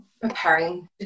preparing